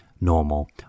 normal